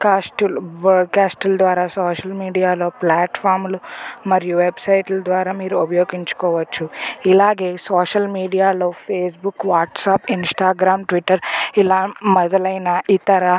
కాస్టులు word కాస్టులు ద్వారా social మీడియాలో ప్లాట్ఫాములు మరియు వెబ్సైట్లు ద్వారా మీరు ఉపయోగించుకోవచ్చు ఇలాగే సోషల్ మీడియాలో ఫేస్బుక్ వాట్స్ఆప్ ఇన్స్టాగ్రామ్ ట్విట్టర్ ఇలా మొదలైన ఇతర